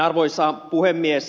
arvoisa puhemies